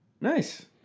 Nice